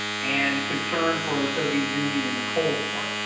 and concern for the soviet union in the cold war.